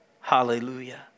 Hallelujah